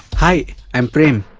i am prem.